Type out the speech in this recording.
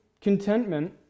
contentment